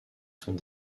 sont